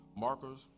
Markers